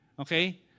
okay